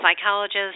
psychologist